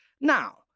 Now